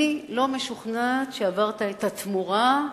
אני לא משוכנעת שעברת את התמורה,